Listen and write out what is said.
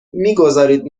میگذارید